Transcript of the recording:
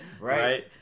Right